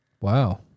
Wow